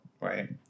right